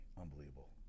Unbelievable